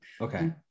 Okay